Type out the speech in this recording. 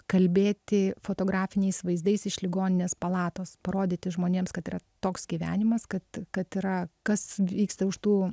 kalbėti fotografiniais vaizdais iš ligoninės palatos parodyti žmonėms kad yra toks gyvenimas kad kad yra kas vyksta už tų